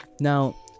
Now